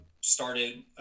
started